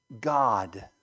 God